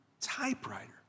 typewriter